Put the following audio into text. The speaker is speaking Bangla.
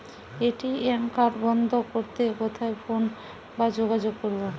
এ.টি.এম কার্ড বন্ধ করতে কোথায় ফোন বা যোগাযোগ করব?